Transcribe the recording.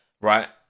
right